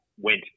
went